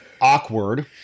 awkward